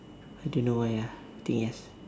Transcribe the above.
I don't know why ah I think yes